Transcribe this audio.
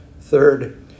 Third